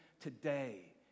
today